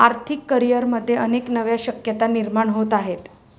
आर्थिक करिअरमध्ये अनेक नव्या शक्यता निर्माण होत आहेत